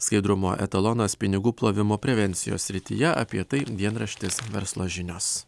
skaidrumo etalonas pinigų plovimo prevencijos srityje apie tai dienraštis verslo žinios